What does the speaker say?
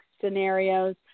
scenarios